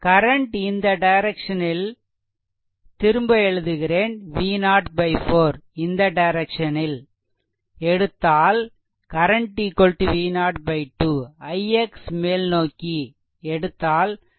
current இந்த டைரெக்சனில் திரும்ப எழுதுகிறேன் V0 4 இந்த டைரெக்சனில் எடுத்தால் கரண்ட் V0 2 ix மேல்நோக்கி எடுத்தால் ix V0 2